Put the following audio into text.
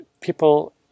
people